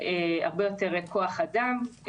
הרבה יותר כוח אדם,